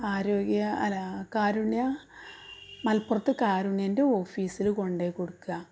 ആരോഗ്യ അല്ല കാരുണ്യ മലപ്പുറത്ത് കാരുണ്യൻ്റെ ഓഫീസിൽ കൊണ്ടു പോയി കൊടുക്കുക